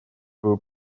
свою